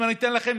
אני אתן לכם